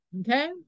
okay